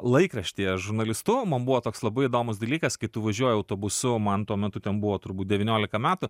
laikraštyje žurnalistu man buvo toks labai įdomus dalykas kai tu važiuoji autobusu man tuo metu ten buvo turbūt devyniolika metų